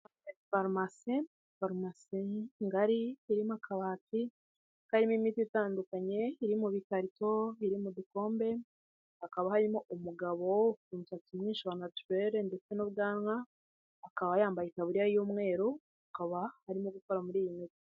Farumasi ngari irimo akabati karimo imiti itandukanye iri mu bikarito biri mu dukombe, hakaba harimo umugabo w'umusatsi mwishi wa natureri ndetse n'ubwanwa, akaba yambaye itaburiya y'umweru akaba arimo gukora muri iyi miti.